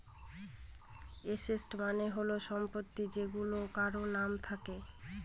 asset মানে হল সম্পদ যেইগুলা কারোর নাম থাকে